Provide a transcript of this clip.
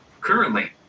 Currently